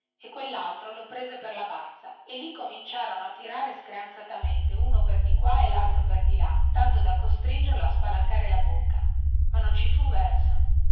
e quellaltro lo prese per la bazza e lì cominciarono a tirare screanzatamente uno per in qua e laltro per in là tanto da costringerlo a spalancare la bocca ma non ci fu verso